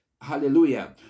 Hallelujah